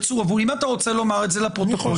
אם אתה רוצה לומר את זה לפרוטוקול,